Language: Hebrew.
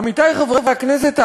עמיתי חברי הכנסת,